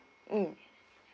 mm